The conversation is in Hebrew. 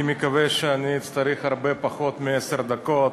אני מקווה שאצטרך הרבה פחות מעשר דקות.